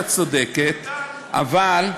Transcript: את צודקת, אבל,